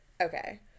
Okay